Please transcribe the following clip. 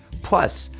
plus,